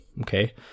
Okay